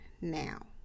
now